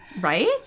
Right